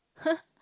!huh!